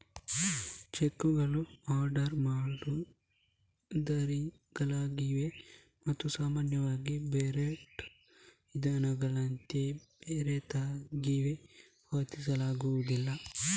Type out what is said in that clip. ಚೆಕ್ಕುಗಳು ಆರ್ಡರ್ ಮಾದರಿಗಳಾಗಿವೆ ಮತ್ತು ಸಾಮಾನ್ಯವಾಗಿ ಬೇರರ್ ವಿಧಾನಗಳಂತೆ ಬೇರರಿಗೆ ಪಾವತಿಸಲಾಗುವುದಿಲ್ಲ